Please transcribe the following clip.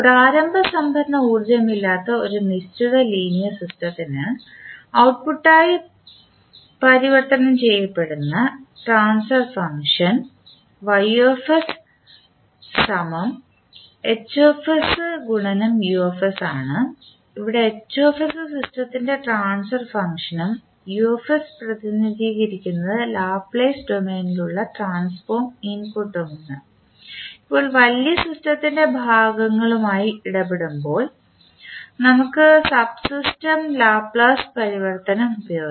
പ്രാരംഭ സംഭരണ ഊർജ്ജമില്ലാത്ത ഒരു നിശ്ചിത ലീനിയർ സിസ്റ്റത്തിന് ഔട്ട്പുട്ട്ടായി പരിവർത്തനം ചെയ്യപ്പെടുന്ന ട്രാൻസ്ഫർ ഫംഗ്ഷൻ ഇവിടെ സിസ്റ്റത്തിൻറെ ട്രാൻസ്ഫർ ഫംഗ്ഷനും പ്രതിനിധീകരിക്കുന്നത് ലാപ്ലേസ് ഡൊമൈനിൽ ഉള്ള ട്രാൻസ്ഫോം ഇൻപുട്ട്മാണ് ഇപ്പോൾ വലിയ സിസ്റ്റത്തിൻറെ ഭാഗങ്ങളുമായി ഇടപെടുമ്പോൾ നമുക്ക് സബ്സിസ്റ്റം ലാപ്ലേസ് പരിവർത്തനം ഉപയോഗിക്കാം